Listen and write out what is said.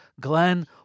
Glenn